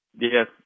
Yes